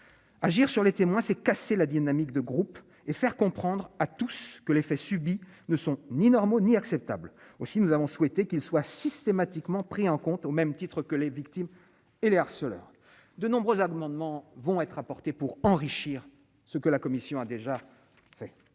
agir sur les témoins, c'est casser la dynamique de groupe et faire comprendre à tous que l'effet subi ne sont ni normaux, ni acceptable aussi, nous avons souhaité qu'ils soient systématiquement pris en compte au même titre que les victimes et l'cela de nombreux amendements vont être apportées pour enrichir ce que la commission a déjà la